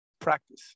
practice